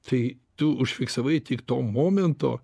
tai tu užfiksavai tik to momento